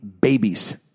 Babies